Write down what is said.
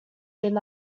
than